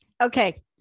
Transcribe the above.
Okay